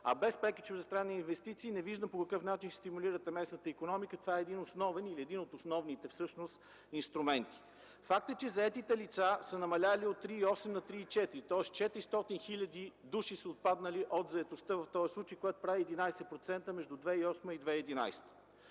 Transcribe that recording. а без преки чуждестранни инвестиции не виждам по какъв начин ще стимулирате местната икономика. Това е един основен или всъщност един от основните инструменти. Факт е, че заетите лица са намалели от 3,8 на 3,4%, тоест 400 хил. души са отпаднали от заетостта в този случай, което прави 11% между 2008–2011